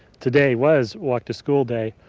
today was walk to school day.